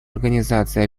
организации